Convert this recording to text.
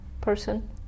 person